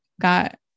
got